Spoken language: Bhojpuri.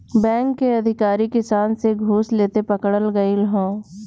बैंक के अधिकारी किसान से घूस लेते पकड़ल गइल ह